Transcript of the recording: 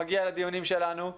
מגיע לדיונים שלנו.